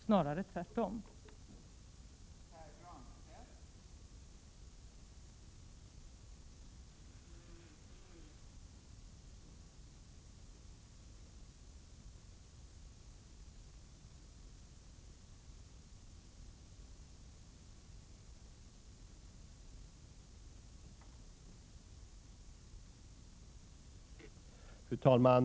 Snarare kan det bli tvärtom.